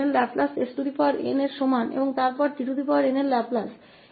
का लाप्लास बराबर है snके और फिर tn का लाप्लास है